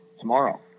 tomorrow